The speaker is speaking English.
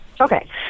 Okay